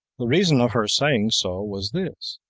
the reason of her saying so was this,